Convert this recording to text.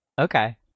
Okay